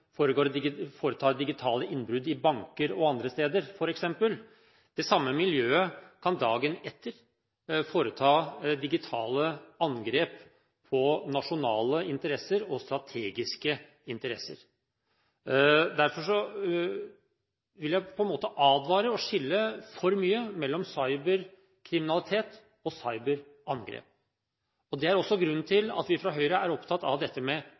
digitale innbrudd i f.eks. banker og andre steder, dagen etter kan foreta digitale angrep på nasjonale interesser og strategiske interesser. Derfor vil jeg på en måte advare mot å skille for mye mellom cyberkriminalitet og cyberangrep. Det er også grunnen til at vi fra Høyre er opptatt av dette med